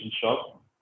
shop